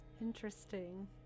Interesting